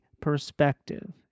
perspective